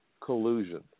collusion